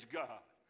god